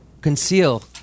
conceal